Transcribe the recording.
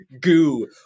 goo